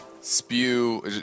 spew